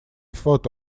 photo